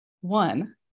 one